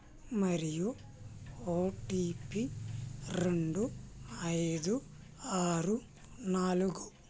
మరియు O T P రెండు ఐదు ఆరు నాలుగు